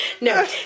no